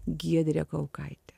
giedrę kaukaitę